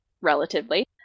relatively